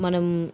మనం